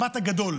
הגדול,